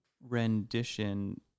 rendition